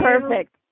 Perfect